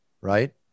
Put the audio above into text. Right